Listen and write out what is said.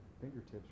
fingertips